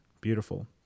Beautiful